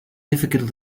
difficult